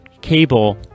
cable